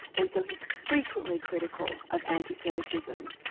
and so he's frequently critical of anti-semitism.